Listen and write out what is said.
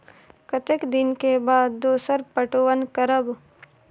कतेक दिन के बाद दोसर पटवन करब?